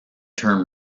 term